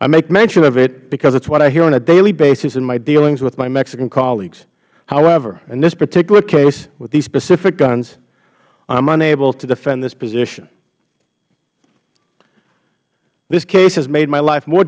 i make mention of it because it is what i hear on a daily basis in my dealings with my mexican colleagues however in this particular case with these specific guns i'm unable to defend this position this case has made my life more